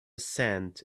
cent